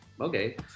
okay